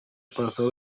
pastor